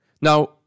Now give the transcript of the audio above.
Now